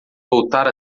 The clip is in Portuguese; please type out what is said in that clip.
voltar